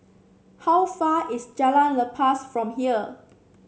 how far is Jalan Lepas from here